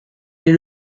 est